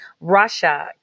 Russia